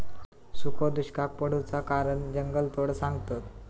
सुखो दुष्काक पडुचा मोठा कारण जंगलतोड सांगतत